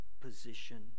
position